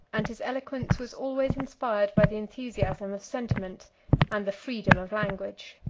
and his eloquence was always inspired by the enthusiasm of sentiment and the freedom of language.